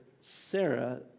Sarah